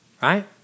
Right